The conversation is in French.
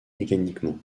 mécaniquement